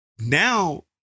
Now